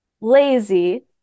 lazy